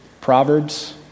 Proverbs